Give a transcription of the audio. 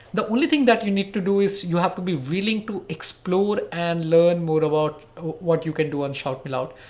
the only thing that you need to do is you have to be willing to explore and learn more about what you can do on shoutmeloud.